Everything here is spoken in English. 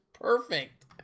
perfect